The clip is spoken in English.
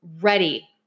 ready